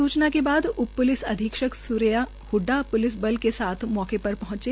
सूचना के बाद उप पुलिस अधीक्षक सुरेश हडडा पुलिस बल के साथ मौके पर पहंचे